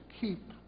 keep